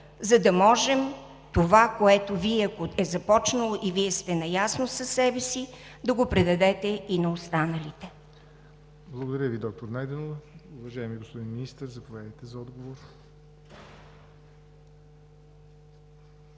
за да може това, което е започнало и Вие сте наясно със себе си, да го предадете и на останалите? ПРЕДСЕДАТЕЛ ЯВОР НОТЕВ: Благодаря Ви, доктор Найденова. Уважаеми господин Министър, заповядайте за отговор.